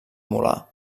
molar